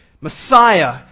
Messiah